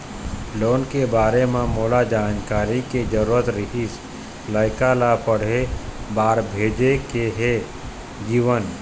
loan के बारे म मोला जानकारी के जरूरत रीहिस, लइका ला पढ़े बार भेजे के हे जीवन